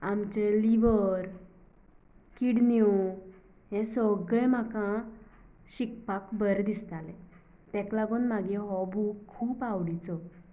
आमचें लिवर किडन्यो हें सगळें म्हाका शिकपाक बरें दिसतालें तेका लागून म्हागे हो बूक खूब आवडीचो